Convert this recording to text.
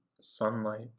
Sunlight